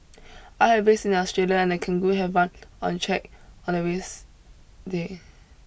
I have raced in Australia and a kangaroo have run on track on a race day